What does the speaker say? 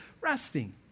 resting